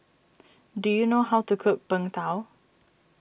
do you know how to cook Png Tao